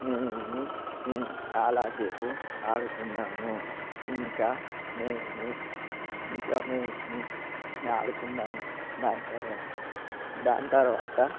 మేము చాలాసేపు ఆడుకున్నాము ఇంకా మేము ఇంకా మేము ఆడుకున్నాము దాని తరువాత దాని తరువాత